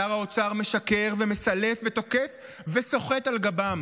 שר האוצר משקר ומסלף ותוקף וסוחט על גבם.